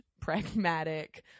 pragmatic